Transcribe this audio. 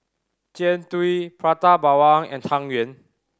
Jian Dui Prata Bawang and Tang Yuen